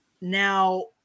Now